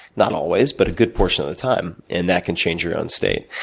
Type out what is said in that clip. not always, but a good portion of the time, and that can change your own state.